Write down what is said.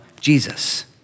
Jesus